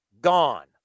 Gone